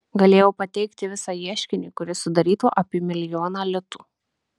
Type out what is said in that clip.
galėjau pateikti visą ieškinį kuris sudarytų apie milijoną litų